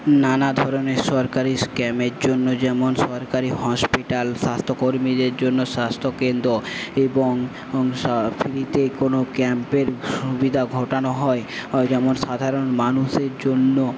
নানা ধরনের সরকারি স্ক্যামের জন্য যেমন সরকারি হসপিটাল স্বাস্থ্যকর্মীদের জন্য স্বাস্থ্যকেন্দ্র এবং ফ্রিতে কোন ক্যাম্পের সুবিধা ঘটানো হয় ওই যেমন সাধারণ মানুষের জন্য